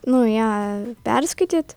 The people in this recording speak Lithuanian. nu ją perskaityt